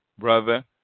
Brother